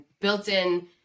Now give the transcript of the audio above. built-in